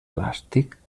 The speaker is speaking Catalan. plàstic